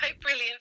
Brilliant